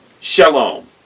Shalom